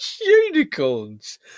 unicorns